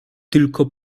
tylko